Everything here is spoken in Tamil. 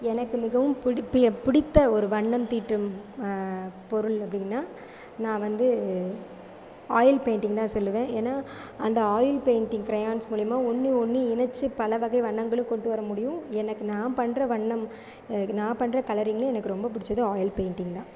எனக்கு மிகவும் புடிப்பிய பிடித்த ஒரு வண்ணம் தீட்டும் பொருள் அப்படின்னா நான் வந்து ஆயில் பெயின்டிங் தான் சொல்லுவேன் ஏன்னால் அந்த ஆயில் பெயின்டிங் கிரையான்ஸ் மூலிமா ஒன்று ஒன்று இணைச்சு பல வகை வண்ணங்களை கொண்டு வர முடியும் எனக்கு நான் பண்ணுற வண்ணம் நான் பண்ணுற கலரிங்கில் எனக்கு ரொம்ப பிடிச்சது ஆயில் பெயின்டிங் தான்